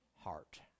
heart